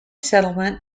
settlement